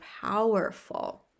powerful